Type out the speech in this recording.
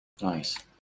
Nice